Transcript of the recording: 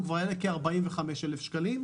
הוא כבר יעלה כ-45,000 שקלים,